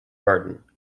garden